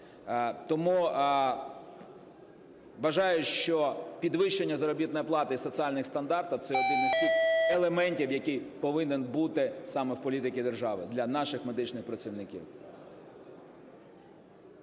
Тому вважаю, що підвищення заробітної плати і соціальних стандартів – це один з тих елементів, який повинен бути саме в політиці держави для наших медичних працівників.